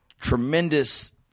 tremendous